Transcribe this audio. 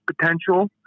potential